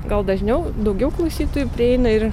gal dažniau daugiau klausytojų prieina ir